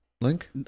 Link